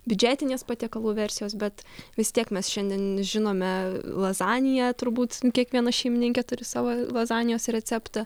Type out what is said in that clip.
biudžetinės patiekalų versijos bet vis tiek mes šiandien žinome lazaniją turbūt kiekviena šeimininkė turi savo lazanijos receptą